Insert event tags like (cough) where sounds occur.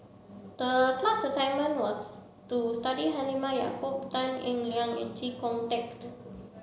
the class assignment was to study Halimah Yacob Tan Eng Liang and Chee Kong (unintelligible)